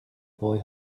boy